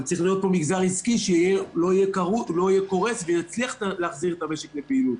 אבל צריך להיות פה מגזר עסקי שלא יקרוס ויצליח להחזיר את המשק לפעילות.